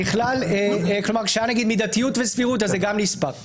כשהיה מידתיות וסבירות זה גם נספר.